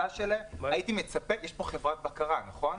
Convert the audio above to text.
יש פה חברת בקרה, נכון?